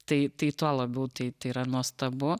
tai tai tuo labiau tai yra nuostabu